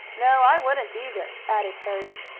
no, i wouldn't, either, added harry.